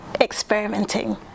Experimenting